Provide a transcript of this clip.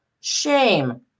shame